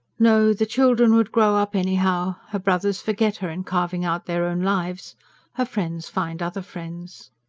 no, the children would grow up anyhow her brothers forget her in carving out their own lives her friends find other friends.